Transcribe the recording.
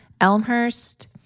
Elmhurst